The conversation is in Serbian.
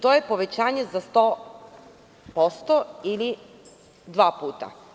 To je povećanje 100% ili dva puta.